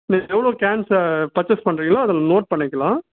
நீங்கள் எவ்வளோ கேன்ஸ்ஸை பர்ச்சேஸ் பண்ணுறிங்களோ அதில் நோட் பண்ணிக்கலாம்